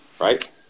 right